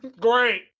Great